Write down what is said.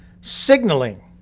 signaling